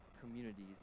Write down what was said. communities